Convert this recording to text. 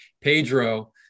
Pedro